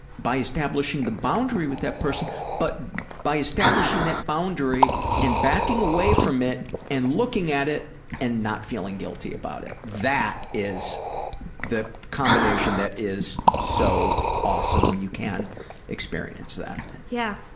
by establishing the boundary with that person, but by establishing that boundary and backing away from it and looking at it and not feeling guilty about it. that is the combination that is so awesome when you can experience that. yeah,